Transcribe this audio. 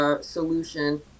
solution